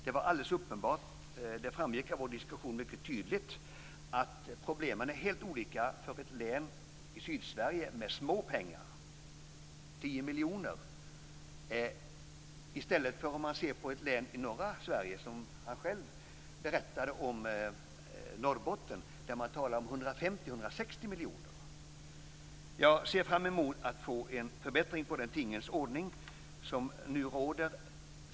Det var alldeles uppenbart - det framgick mycket tydligt av vår diskussion - att problemen är helt annorlunda för ett län i Sydsverige med lite pengar - 10 miljoner - än för ett län i norra Sverige. Han berättade själv om Norrbotten. Där talar man om 150-160 Jag ser fram emot att få en förbättring av den tingens ordning som nu råder.